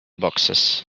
boxes